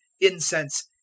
incense